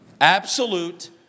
Absolute